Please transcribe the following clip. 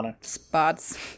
spots